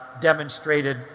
demonstrated